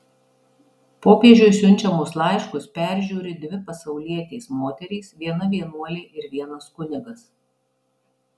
popiežiui siunčiamus laiškus peržiūri dvi pasaulietės moterys viena vienuolė ir vienas kunigas